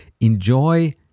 enjoy